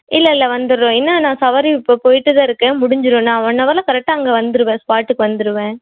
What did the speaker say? இல்லை இல்லை வந்துறோம் இன்னும் நான் சவாரி இப்போ போயிட்டுதான் இருக்கேன் முடிஞ்சிடும் நான் ஒன் ஹவரில் கரெக்ட்டாக அங்கே வந்துடுவேன் ஸ்பாட்டுக்கு வந்துடுவேன்